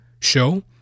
show